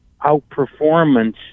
outperformance